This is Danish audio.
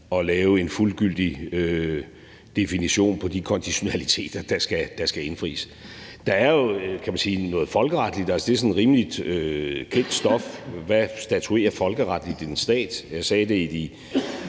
at lave en fuldgyldig definition på de konditionaliteter, der skal indfries. Der er jo noget folkeretligt. Altså, det er sådan rimelig kendt stof. Hvad statuerer folkeretligt en stat? Jeg sagde det i de